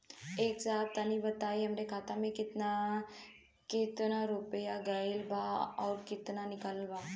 ए साहब तनि बताई हमरे खाता मे कितना केतना रुपया आईल बा अउर कितना निकलल बा?